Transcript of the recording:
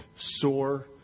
sore